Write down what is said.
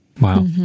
Wow